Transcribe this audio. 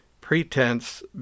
pretense